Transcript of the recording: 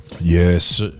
Yes